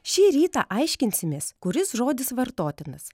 šį rytą aiškinsimės kuris žodis vartotinas